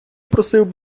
просив